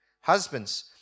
Husbands